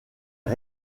est